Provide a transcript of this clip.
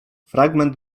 fragment